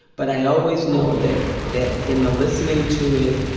but i always know that that in the listening to it,